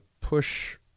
push